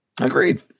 Agreed